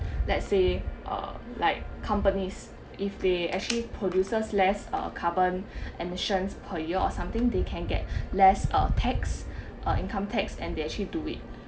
let's say uh like companies if they actually produces less uh carbon emissions per year or something they can get less uh tax uh income tax and they actually do it